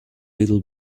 little